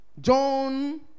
John